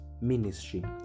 Ministry